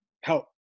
help